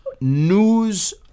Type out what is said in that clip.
news